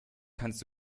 kannst